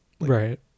Right